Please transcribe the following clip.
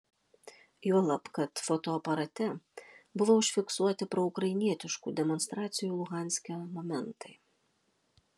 juolab kad fotoaparate buvo užfiksuoti proukrainietiškų demonstracijų luhanske momentai